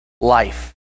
life